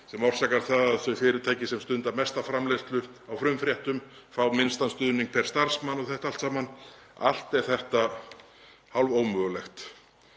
sem orsakar það að þau fyrirtæki sem stunda mesta framleiðslu á frumfréttum fá minnstan stuðning per starfsmann og þetta allt saman. Allt er þetta hálfómögulegt.